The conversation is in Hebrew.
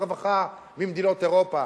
ברווחה ממדינות אירופה.